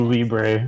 Libre